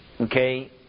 okay